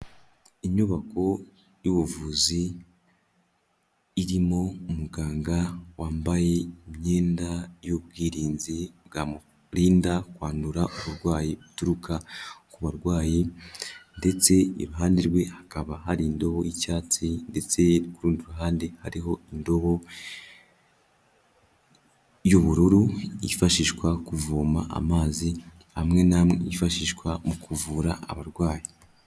Inyubako y'ubuvuzi irimo umuganga wambaye imyenda y'ubwirinzi bwamurinda kwandura uburwayi buturuka, ku barwayi ndetse iruhande rwe hakaba hari indobo y'icyatsi ndetse ku rundi ruhande hariho indobo, y'ubururu yifashishwa kuvoma amazi amwe n'amwe yifashishwa mu kuvura abarwayi.